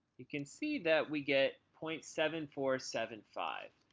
we can see that we get point seven four seven five,